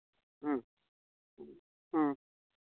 ᱦᱮᱸ ᱦᱮᱸ